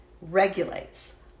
regulates